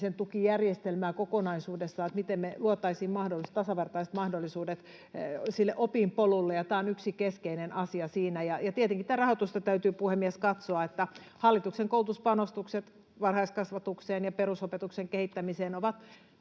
oppimisentukijärjestelmää kokonaisuudessaan, että miten me luotaisiin tasavertaiset mahdollisuudet sille opinpolulle, ja tämä on yksi keskeinen asia siinä. Ja tietenkin tätä rahoitusta täytyy, puhemies, katsoa. Hallituksen koulutuspanostukset varhaiskasvatukseen ja perusopetuksen kehittämiseen ovat